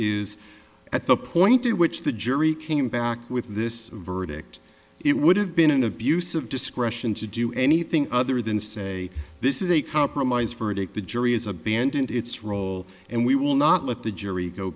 is at the point at which the jury came back with this verdict it would have been an abuse of discretion to do anything other than say this is a compromised verdict the jury is abandoned its role and we will not let the jury go